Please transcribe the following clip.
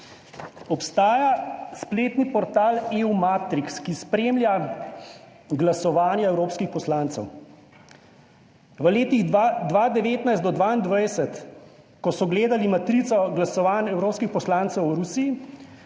Obstaja spletni portal EU Matrix, ki spremlja glasovanje evropskih poslancev. V letih 2019 do 2021, ko so gledali matrico glasovanj evropskih poslancev v Rusiji,